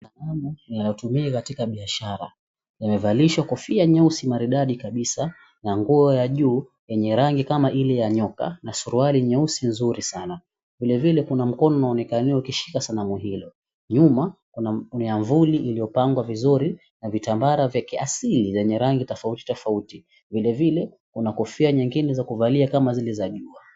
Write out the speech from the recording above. Sanamu inayotumika katika biashara. Imevalishwa kofia nyeusi maridadi kabisa na nguo ya juu yenye rangi kama ile ya nyoka na suruali nyeusi nzuri sana. Vilevile kuna mkono unaonekaniwa ukishika sanamu hilo. Nyuma kuna myavuli iliyopangwa vizuri na vitambara vya kiasili vyenye rangi tofauti tofauti. Vilevile kuna kofia nyingine za kuvalia kama zile za jua.